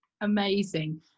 Amazing